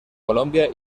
colombia